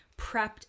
prepped